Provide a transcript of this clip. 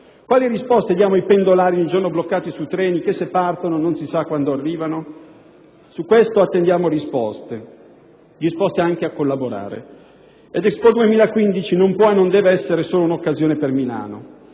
Quali risposte diamo ai pendolari ogni giorno bloccati sui treni che se partono non si sa quando arrivano? Su questo attendiamo risposte, disposti anche a collaborare. Inoltre, Expo 2015 non può e non deve essere solo un'occasione per Milano.